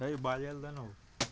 हइ बाजै ले दै ने हौ